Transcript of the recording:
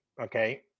okay